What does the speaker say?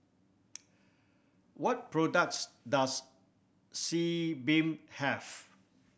what products does Sebamed have